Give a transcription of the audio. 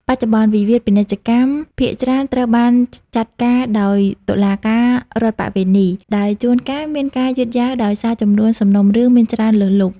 បច្ចុប្បន្ន វិវាទពាណិជ្ជកម្មភាគច្រើនត្រូវបានចាត់ការដោយតុលាការរដ្ឋប្បវេណី ដែលជួនកាលមានការយឺតយ៉ាវដោយសារចំនួនសំណុំរឿងមានច្រើនលើសលប់។